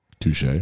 Touche